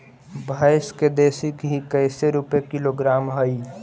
भैंस के देसी घी कैसे रूपये किलोग्राम हई?